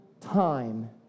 time